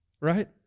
right